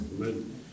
Amen